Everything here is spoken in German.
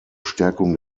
stärkung